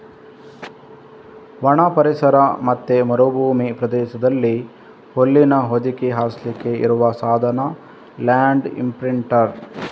ಒಣ ಪರಿಸರ ಮತ್ತೆ ಮರುಭೂಮಿ ಪ್ರದೇಶದಲ್ಲಿ ಹುಲ್ಲಿನ ಹೊದಿಕೆ ಹಾಸ್ಲಿಕ್ಕೆ ಇರುವ ಸಾಧನ ಲ್ಯಾಂಡ್ ಇಂಪ್ರಿಂಟರ್